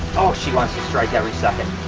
oh she wants to strike every second.